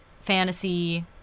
fantasy